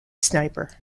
sniper